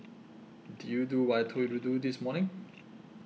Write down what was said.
did you do what I told you to do this morning